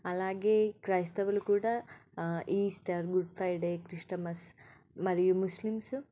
అలాగే క్రైస్తవులు కూడా ఈస్టర్ గుడ్ ఫ్రైడే క్రిస్టమస్ మరియు ముస్లిమ్స్